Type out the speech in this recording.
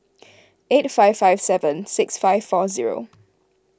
eight five five seven six five four zero